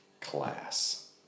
class